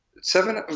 seven